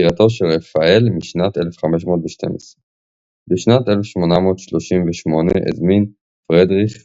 יצירתו של רפאל משנת 1512. בשנת 1838 הזמין פרידריך